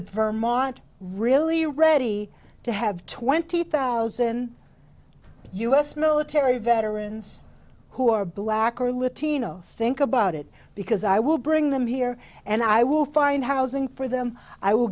a very mont really ready to have twenty thousand u s military veterans who are black or latino think about it because i will bring them here and i will find housing for them i will